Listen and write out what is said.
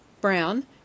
Brown